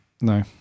No